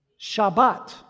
Shabbat